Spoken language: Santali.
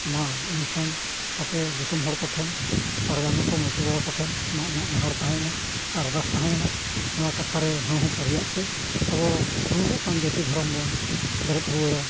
ᱢᱟ ᱮᱱᱠᱷᱟᱱ ᱟᱯᱮ ᱫᱤᱥᱚᱢ ᱦᱚᱲ ᱠᱚᱴᱷᱮᱱ ᱯᱟᱨᱜᱟᱱᱟ ᱠᱚ ᱢᱟᱺᱡᱷᱤ ᱵᱟᱵᱟ ᱠᱚᱴᱷᱮᱱ ᱱᱚᱣᱟ ᱤᱧᱟᱹᱜ ᱱᱮᱦᱚᱨ ᱛᱟᱦᱮᱭᱮᱱᱟ ᱟᱨᱫᱟᱥ ᱛᱟᱦᱮᱭᱮᱱᱟ ᱱᱚᱣᱟ ᱠᱟᱛᱷᱟᱨᱮ ᱦᱮᱸᱼᱦᱩ ᱥᱟᱹᱨᱤᱭᱟᱜ ᱯᱮ ᱟᱵᱚ ᱩᱱᱩᱢᱚᱜ ᱠᱟᱱ ᱡᱟᱹᱛᱤ ᱫᱷᱚᱨᱚᱢ ᱵᱚᱱ ᱵᱮᱨᱮᱫ ᱨᱩᱣᱟᱹᱲᱟ